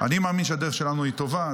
אני מאמין שהדרך שלנו טובה,